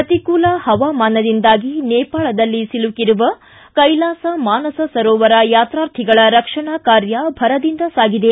ಪ್ರತಿಕೂಲ ಹವಾಮಾನದಿಂದಾಗಿ ನೇಪಾಳದಲ್ಲಿ ಸಿಲುಕಿರುವ ಕೈಲಾಸ ಮಾನಸ ಸರೋವರ ಯಾತಾರ್ಥಿಗಳ ರಕ್ಷಣಾ ಕಾರ್ಯ ಭರದಿಂದ ಸಾಗಿದೆ